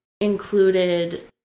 included